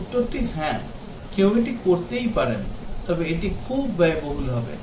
উত্তরটি হ্যাঁ কেউ এটি করতে পারে তবে এটি খুব ব্যয়বহুল হবে